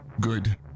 good